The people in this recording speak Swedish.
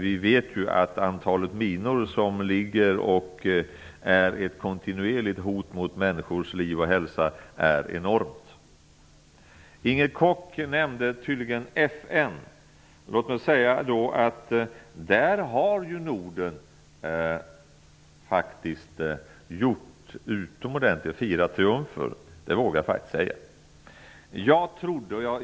Vi vet att antalet minor som utgör ett kontinuerligt hot mot människors liv och hälsa är enormt. Inger Koch nämnde FN. Norden har utfört utomordentligt mycket -- jag vågar säga firat triumfer.